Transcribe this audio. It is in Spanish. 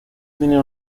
tenía